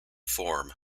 form